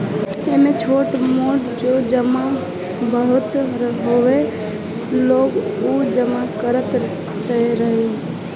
एमे छोट मोट जवन बचत होत ह लोग उ जमा करत तारे